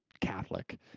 Catholic